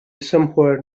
somewhere